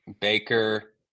Baker